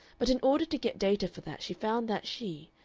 but in order to get data for that she found that she,